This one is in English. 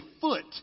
foot